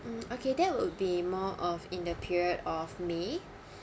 mm okay that will be more of in the period of may